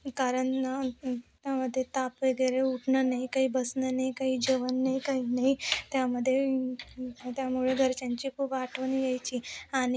कारण त्यामध्ये ताप वगैरे उठणं नाही काही बसणं नाही काही जेवण नाही काही नाही त्यामध्ये त्यामुळे घरच्यांची खूप आठवण यायची आणि